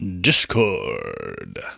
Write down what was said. Discord